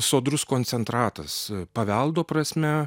sodrus koncentratas paveldo prasme